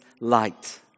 light